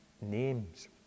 names